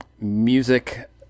music